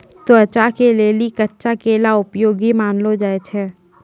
त्वचा के लेली कच्चा केला उपयोगी मानलो जाय छै